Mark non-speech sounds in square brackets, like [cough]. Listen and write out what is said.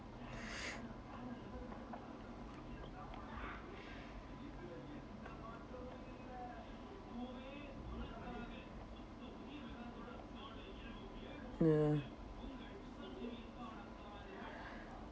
[noise] ya